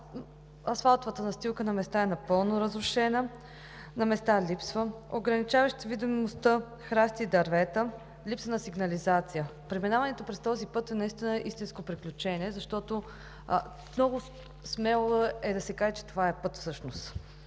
асфалтовата настилка на места е напълно разрушена, на места липсва, ограничаващи видимостта храсти и дървета, липса на сигнализация. Преминаването по този път е наистина истинско приключение, защото много смело е да се каже, че всъщност